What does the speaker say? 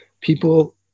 people